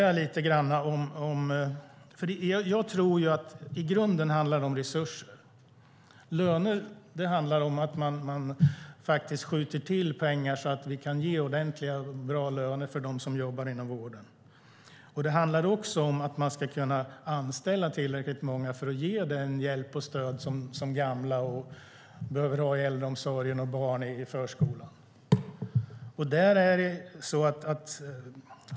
Jag tror att det i grunden handlar om resurser, om att man skjuter till pengar så att vi kan ge ordentliga och bra löner till dem som jobbar inom vården. Det handlar också om att man ska kunna anställa tillräckligt många för att ge den hjälp och det stöd som gamla i äldreomsorgen och barn i förskolan behöver.